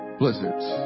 blizzards